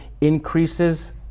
increases